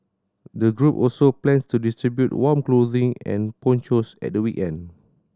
the group also plans to distribute warm clothing and ponchos at the weekend